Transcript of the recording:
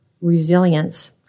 resilience